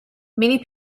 many